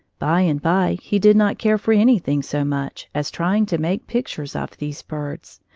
by and by he did not care for anything so much as trying to make pictures of these birds,